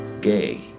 Gay